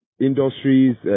industries